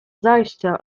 zajścia